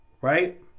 Right